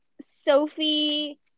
Sophie